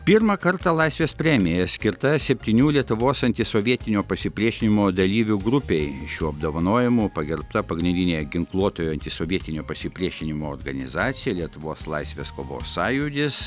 pirmą kartą laisvės premija skirta septynių lietuvos antisovietinio pasipriešinimo dalyvių grupei šiuo apdovanojimu pagerbta pagrindinė ginkluotojo antisovietinio pasipriešinimo organizacija lietuvos laisvės kovos sąjūdis